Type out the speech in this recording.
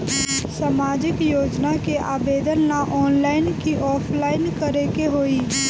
सामाजिक योजना के आवेदन ला ऑनलाइन कि ऑफलाइन करे के होई?